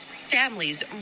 Families